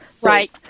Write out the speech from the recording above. Right